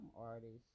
artists